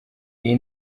iyi